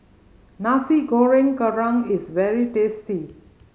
Nasi Goreng Kerang is very tasty